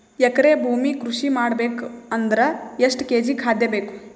ಎಕರೆ ಭೂಮಿ ಕೃಷಿ ಮಾಡಬೇಕು ಅಂದ್ರ ಎಷ್ಟ ಕೇಜಿ ಖಾದ್ಯ ಬೇಕು?